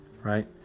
right